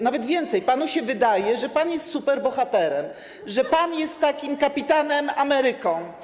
Nawet więcej, panu się wydaje, że pan jest superbohaterem, [[Wesołość na sali]] że pan jest takim Kapitanem Ameryką.